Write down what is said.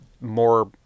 more